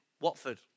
Watford